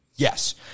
Yes